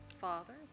father